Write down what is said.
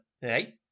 hey